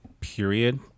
period